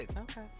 Okay